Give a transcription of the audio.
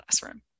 classroom